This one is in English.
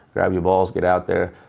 grab your balls, get out there.